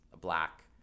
black